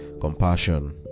compassion